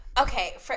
Okay